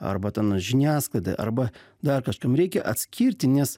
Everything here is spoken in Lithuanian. arbata ten žiniasklaidai arba dar kažkam reikia atskirti nes